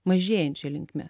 mažėjančia linkme